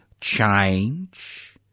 change